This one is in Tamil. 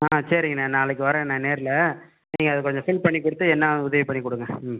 ஆ சேரிங்கண்ணா நாளைக்கு வர்றேண்ணா நேரில் நீங்கள் அதை கொஞ்சம் ஃபில் பண்ணிக் கொடுத்து என்ன உதவி பண்ணிக் கொடுங்க ம்